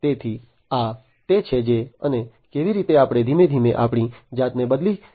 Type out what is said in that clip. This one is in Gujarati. તેથી આ તે છે જે અને કેવી રીતે આપણે ધીમે ધીમે આપણી જાતને બદલી રહ્યા છીએ